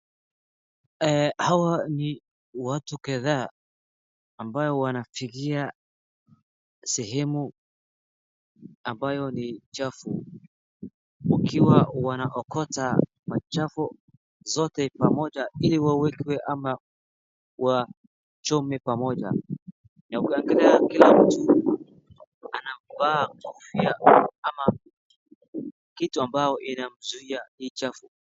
Hawa ni watu kadhaa ambao wanafagia sehemu ambayo ni chafu wakiwa wanaokota machafu zote pamoja ili waweke ama wachome pamoja. Inaonekana kuwa kila mtu anavaa kofia ama kitu ambayo inamzuia hii chafu.